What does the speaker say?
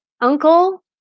uncle